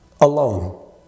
alone